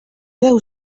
deu